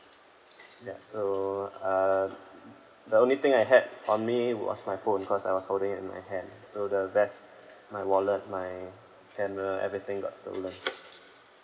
ya so um the only thing I had on me was my phone cause I was holding in my hand so the rest my wallet my camera everything got stolen